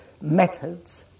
methods